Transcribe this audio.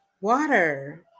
water